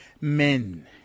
Men